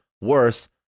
worse